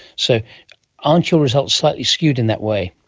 so aren't your results slightly skewed in that way?